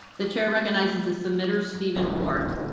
the chair recognizes the submitter stephen ward.